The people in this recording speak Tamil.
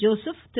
ஜோசப் திரு